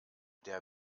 der